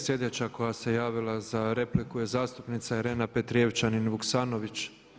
Slijedeća koja se javila za repliku je zastupnica Irena Petrijevčanin Vuksanović.